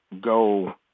go